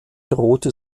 drohte